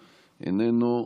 איננו,